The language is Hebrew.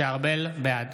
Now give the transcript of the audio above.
(קורא בשמות חברי הכנסת) משה ארבל, בעד